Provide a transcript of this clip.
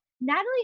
Natalie